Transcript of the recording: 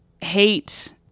hate